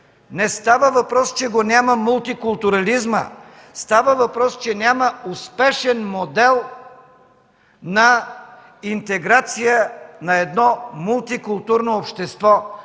Не става въпрос, че го няма мултикултурализма, а става въпрос, че няма успешен модел на интеграция на едно мултикултурно общество